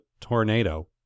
tornado